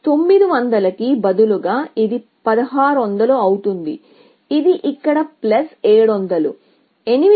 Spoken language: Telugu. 900 కు బదులుగా ఇది 1600 అవుతుంది ఇది ఇక్కడ 700